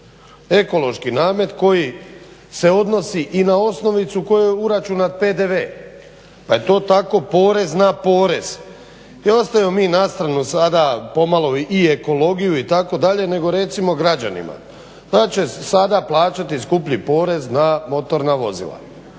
ekološki namet koji se odnosi i na osnovicu na koju je uračunat PDV pa je to tako porez na porez. I ostavimo sada mi na stranu pomalo i ekologiju itd, nego recimo građanima da će sada plaćati skuplji porez na motorna vozila